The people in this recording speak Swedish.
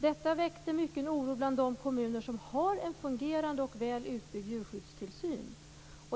Detta väckte mycken oro bland de kommuner som har en fungerande och väl utbyggd djurskyddstillsyn.